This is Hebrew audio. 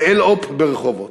ב"אל-אופ" ברחובות.